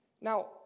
Now